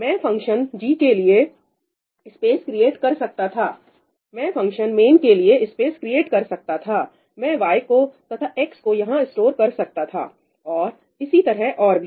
मैं function g के लिए स्पेस क्रिएट कर सकता था मैं फंक्शन main के लिए स्पेस क्रिएट कर सकता था मैं y को तथा x को यहां स्टोर कर सकता था और इसी तरह और भी